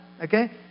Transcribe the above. Okay